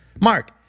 mark